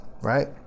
right